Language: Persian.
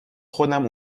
خودم